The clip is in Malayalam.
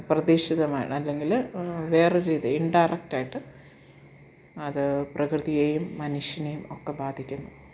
അപ്രതീക്ഷിതമാണ് അല്ലെങ്കിൽ വേറൊരു രീതി ഇൻഡയറക്റ്റ് ആയിട്ട് അതു പ്രകൃതിയെയും മനുഷ്യനെയും ഒക്കെ ബാധിക്കുന്നു